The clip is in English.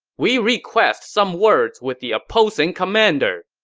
we request some words with the opposing commander!